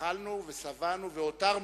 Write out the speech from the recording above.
אכלנו ושבענו והותרנו.